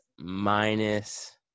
Minus